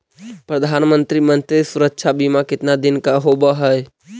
प्रधानमंत्री मंत्री सुरक्षा बिमा कितना दिन का होबय है?